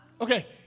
Okay